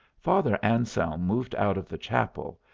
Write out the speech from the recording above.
father anselm moved out of the chapel,